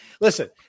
listen